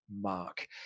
mark